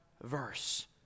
verse